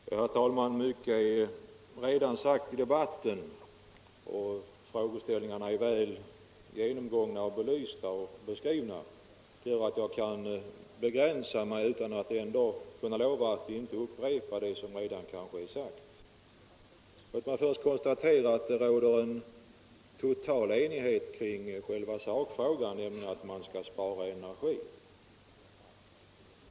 Herr talman! Mycket är redan sagt i debatten, och frågeställningarna är väl genomgångna, belysta och beskrivna. Det gör att jag kan begränsa mig, utan att ändå kunna lova att inte upprepa delar av det som redan är sagt. Låt mig först konstatera att det råder en total enighet kring själva sakfrågan, nämligen att man skall spara energi.